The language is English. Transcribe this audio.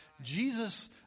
Jesus